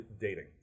dating